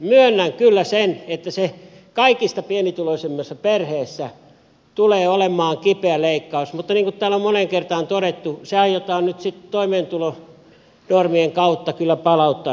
myönnän kyllä sen että se kaikista pienituloisimmassa perheessä tulee olemaan kipeä leikkaus mutta niin kuin täällä on moneen kertaan todettu se aiotaan nyt sitten toimeentulonormien kautta kyllä palauttaa näille perheille